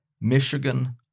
Michigan